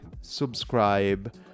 subscribe